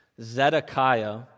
Zedekiah